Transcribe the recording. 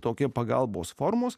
tokie pagalbos formos